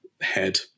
head